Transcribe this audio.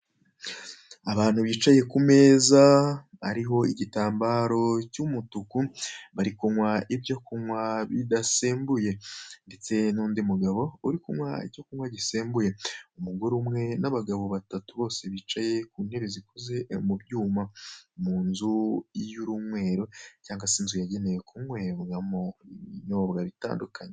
Abantu bicaye ku meza, ariho igitambaro cy'umutuku, bari kunywa ibyo kunywa bidasembuye. Ndetse n'undi mugabo uri kunywa icyo kunywa gisembuye. Umugore umwe n'abagabo batatu bose bicaye ku ntebe zikoze mu byuma, mu nzu y'urunywero cyangwa se inzu yagenewe kunywebwamo ibinyobwa bitandukanye.